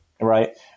Right